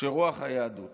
שרוח היהדות